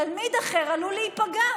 תלמיד אחר עלול להיפגע.